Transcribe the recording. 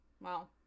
Wow